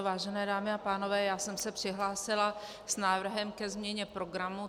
Vážené dámy a pánové, já jsem se přihlásila s návrhem ke změně programu.